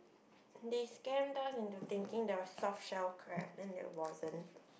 they scammed us into thinking there was soft shell crab then there wasn't